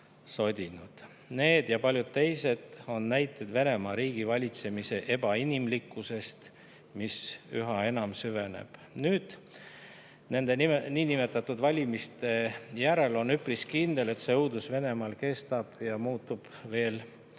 sodinud. Need ja paljud teised lood on näiteid Venemaa riigivalitsemise ebainimlikkusest, mis üha enam süveneb. Nüüd, nende niinimetatud valimiste järel on üpris kindel, et see õudus Venemaal kestab ja muutub veel